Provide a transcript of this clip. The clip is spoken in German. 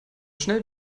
schnell